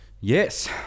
Yes